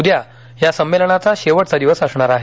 उद्या या संमेलनाचा शेवटचा दिवस असणार आहे